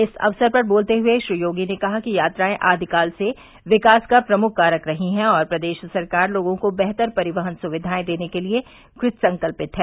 इस अवसर पर बोलते हुए श्री योगी ने कहा कि यात्राएं आदिकाल से विकास का प्रमुख कारक रही है और प्रदेश सरकार लोगों को बेहतर परिवहन सुक्विाएं देने के लिए कृतसंकल्पित है